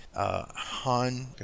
Han